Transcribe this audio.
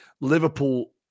Liverpool